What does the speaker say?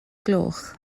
gloch